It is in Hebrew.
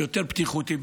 יותר בטיחותי,